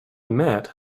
met